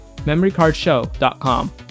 MemoryCardShow.com